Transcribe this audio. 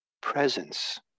presence